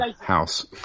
house